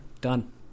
Done